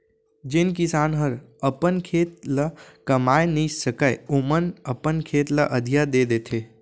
जेन किसान हर अपन खेत ल कमाए नइ सकय ओमन अपन खेत ल अधिया दे देथे